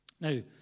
Now